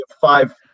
five